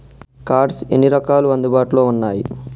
Cards ఎన్ని రకాలు అందుబాటులో ఉన్నయి?